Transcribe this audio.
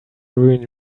ruin